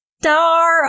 star